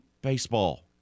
baseball